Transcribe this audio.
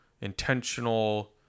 intentional